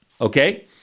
Okay